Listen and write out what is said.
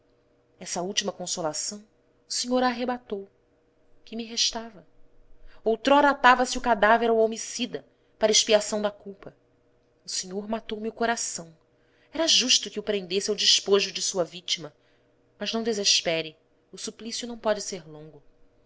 essa última consolação o senhor a arrebatou que me restava outrora atava se o cadáver ao homicida para expiação da culpa o senhor matou me o coração era justo que o prendesse ao despojo de sua vítima mas não desespere o suplício não pode ser longo